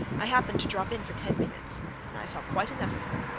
i happened to drop in for ten minutes and i saw quite enough of her.